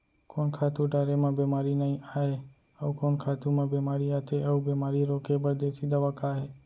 कोन खातू डारे म बेमारी नई आये, अऊ कोन खातू म बेमारी आथे अऊ बेमारी रोके बर देसी दवा का हे?